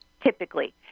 typically